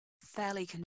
fairly